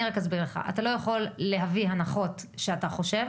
אתה לא יכול להביא הנחות שאתה חושב